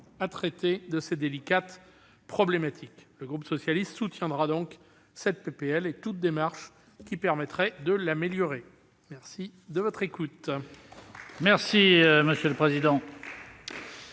à traiter de ces délicates problématiques. Le groupe socialiste soutiendra ce texte et toute démarche qui permettrait de l'améliorer. La parole est